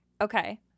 okay